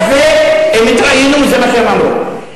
הם התראיינו, זה מה שהם אמרו.